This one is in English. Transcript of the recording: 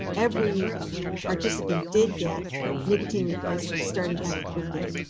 every participant did get nicotine replacement starting at the quit date.